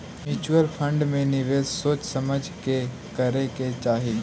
mutual fund में निवेश सोच समझ के करे के चाहि